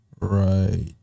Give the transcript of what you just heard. right